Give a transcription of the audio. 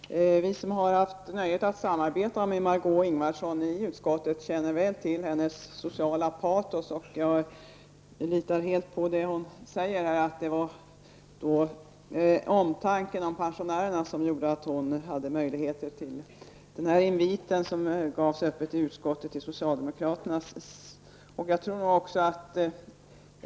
Herr talman! Vi som har haft nöjet att samarbeta med Margó Ingvardsson i utskottet känner väl till hennes sociala patos. Jag litar helt på det hon säger, att det var omtanken om pensionärerna som föranledde henne att göra inviten som gavs öppet i utskottet till socialdemokraterna.